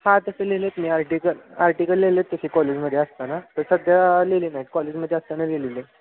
हा तसे लिहिले आहेत मी आर्टिकल आर्टिकल लिहिले आहेत तसे कॉलेजमध्ये असताना तर सध्या लिहिले नाहीत कॉलेजमध्ये असताना लिहिलेले